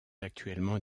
actuellement